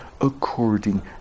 according